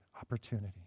opportunity